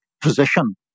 position